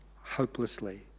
hopelessly